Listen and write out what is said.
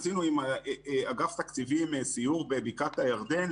עשינו עם אגף התקציבים סיור בבקעת הירדן,